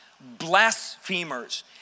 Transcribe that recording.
blasphemers